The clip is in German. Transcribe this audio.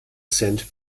cent